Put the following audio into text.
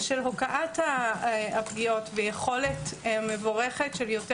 --- הוקעת הפגיעות ויכולת מבורכת של יותר